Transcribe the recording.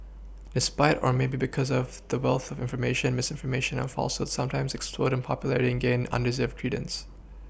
despite or maybe because of the wealth of information misinformation and falsehoods sometimes explode in popular ring gain undeserved credence